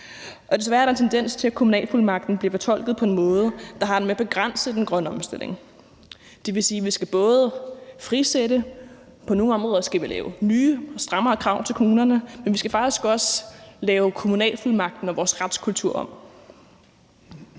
Desværre er der en tendens til, at kommunalfuldmagten bliver fortolket på en måde, der har det med at begrænse den grønne omstilling. Det vil sige, at vi både skal frisætte og på nogle områder skal lave nye og strammere krav til kommunerne, men vi skal faktisk også lave kommunalfuldmagten og vores retskultur om.